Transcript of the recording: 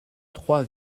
trois